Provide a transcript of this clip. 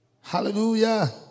Hallelujah